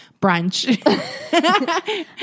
brunch